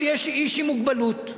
יש איש עם מוגבלות,